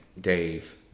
Dave